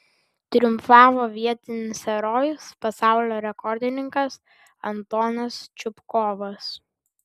triumfavo vietinis herojus pasaulio rekordininkas antonas čupkovas